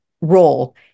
role